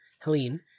Helene